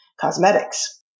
cosmetics